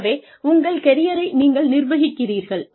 ஆகவே உங்கள் கெரியரை நீங்கள் நிர்வகிக்கிறீர்கள்